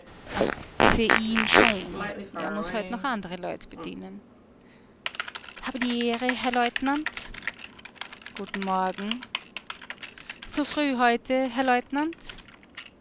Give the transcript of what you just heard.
für ihn schon er muß heut noch andere leut bedienen habe die ehre herr leutnant guten morgen so früh heute herr leutnant